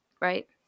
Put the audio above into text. right